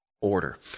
order